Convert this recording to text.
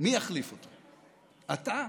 מי יחליף אותו, אתה?